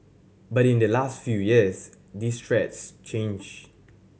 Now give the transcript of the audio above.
but in the last few years these threats changed